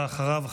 ואחריו,